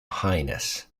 highness